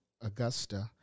Augusta